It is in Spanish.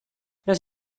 los